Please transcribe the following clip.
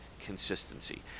consistency